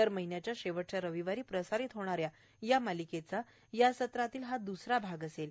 दर महिन्याच्या शेवटच्या रविवारी प्रसारित होणाऱ्या या मालिकेचा या सत्रातील हा दुसरा भाग असेल